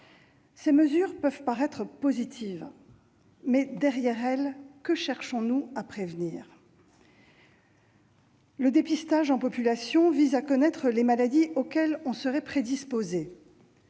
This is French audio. Ces mesures peuvent paraître positives ; mais, derrière elles, que cherchons-nous à prévenir ? Le dépistage en population vise à connaître les maladies auxquelles on serait prédisposé.